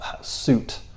suit